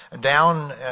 down